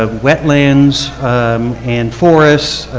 ah wetlands and forests,